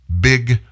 Big